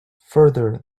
further